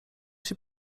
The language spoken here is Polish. się